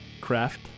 Craft